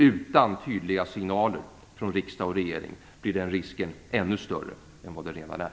Utan tydliga signaler från riksdag och regering blir den risken ännu större än vad den redan är.